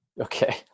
Okay